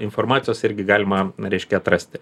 informacijos irgi galima reiškia atrasti